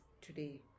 today